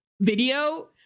video